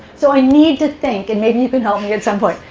so i need to think, and maybe you can help me at some point,